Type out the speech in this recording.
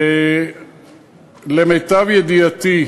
למיטב ידיעתי,